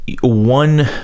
one